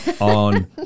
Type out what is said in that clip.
on